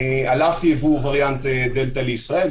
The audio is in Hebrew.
על אף יבוא וריאנט דלתא לישראל,